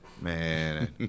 Man